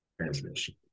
transmission